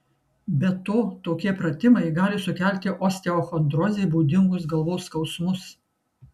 be to tokie pratimai gali sukelti osteochondrozei būdingus galvos skausmus